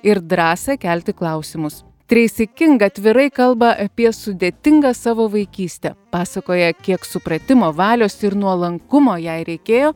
ir drąsą kelti klausimus treisi king atvirai kalba apie sudėtingą savo vaikystę pasakoja kiek supratimo valios ir nuolankumo jai reikėjo